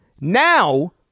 Now